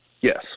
Yes